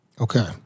Okay